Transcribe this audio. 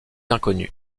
inconnu